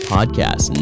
Podcast